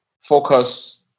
focus